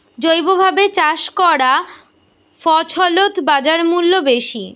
জৈবভাবে চাষ করা ফছলত বাজারমূল্য বেশি